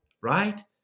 right